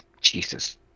Jesus –